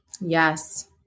Yes